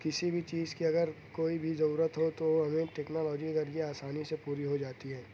کسی بھی چیز کی اگر کوئی بھی ضرورت ہو تو وہ ہمیں ٹیکنالوجی کے ذریعہ آسانی سے پوری ہو جاتی ہے